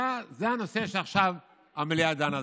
זה הנושא שעכשיו המליאה דנה עליו.